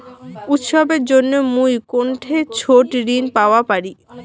উৎসবের জন্য মুই কোনঠে ছোট ঋণ পাওয়া পারি?